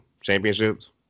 championships